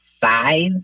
size